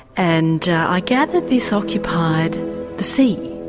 and i gather this occupied the sea.